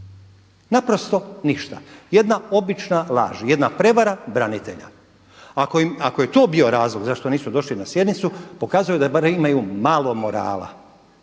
Naprosto ništa, jedna obična laž, jedna prevara branitelja. Ako je to bio razlog zašto nisu došli na sjednicu pokazuje da barem imaju malo morala.